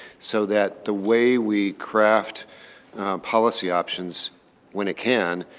so that the way we craft policy options when it can,